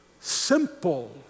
Simple